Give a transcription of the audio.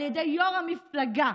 על ידי יו"ר המפלגה.